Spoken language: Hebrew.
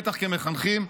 בטח כמחנכים,